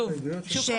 וסימון.